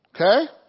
Okay